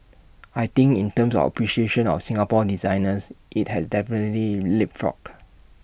I think in terms of appreciation of Singapore designers IT has definitely leapfrogged